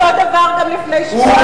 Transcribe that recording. שוב, הוא אמר אותו דבר גם לפני שבועיים,